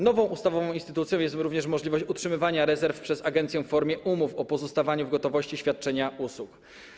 Nową ustawową instytucją jest również możliwość utrzymywania rezerw przez agencję w formie umów o pozostawaniu w gotowości świadczenia usług.